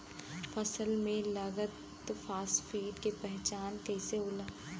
फसल में लगल फारेस्ट के पहचान कइसे होला?